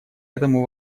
этому